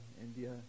India